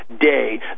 day